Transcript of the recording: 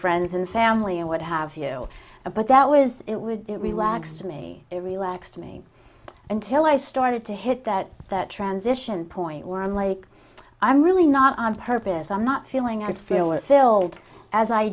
friends and family and what have you but that was it was it relaxed me it relaxed me until i started to hit that that transition point where i'm like i'm really not on purpose i'm not feeling i could feel it filled as i